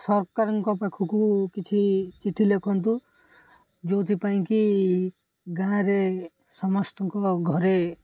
ସରକାରଙ୍କ ପାଖକୁ କିଛି ଚିଠି ଲେଖନ୍ତୁ ଯେଉଁଥି ପାଇଁ କିି ଗାଁରେ ସମସ୍ତଙ୍କ ଘରେ